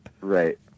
Right